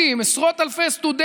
צ'רצ'יל.